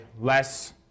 less